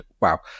wow